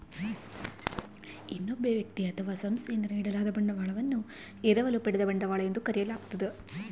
ಇನ್ನೊಬ್ಬ ವ್ಯಕ್ತಿ ಅಥವಾ ಸಂಸ್ಥೆಯಿಂದ ನೀಡಲಾದ ಬಂಡವಾಳವನ್ನು ಎರವಲು ಪಡೆದ ಬಂಡವಾಳ ಎಂದು ಕರೆಯಲಾಗ್ತದ